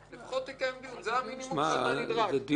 זה המינימום הנדרש.